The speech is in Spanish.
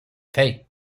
seis